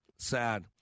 sad